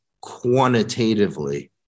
quantitatively